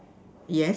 yes